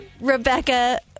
Rebecca